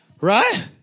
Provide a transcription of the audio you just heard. Right